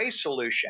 solution